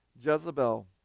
Jezebel